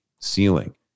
ceiling